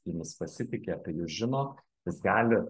jumis pasitiki apie jus žino jis gali